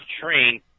train